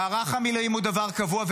מערך המילואים הוא דבר קבוע,